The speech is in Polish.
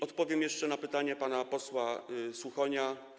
Odpowiem jeszcze na pytanie pana posła Suchonia.